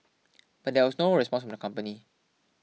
but there was no response from the company